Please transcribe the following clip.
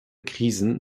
krisen